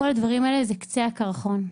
כל הדברים האלה הם קצה הקרחון.